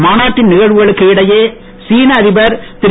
மாநாட்டின் நிகழ்வுகளுக்கு இடையே சீன அதிபர் திரு